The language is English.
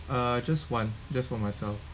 uh just one just for myself